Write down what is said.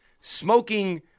smoking